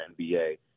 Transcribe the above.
NBA